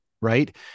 Right